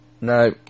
No